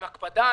עם הקפדה,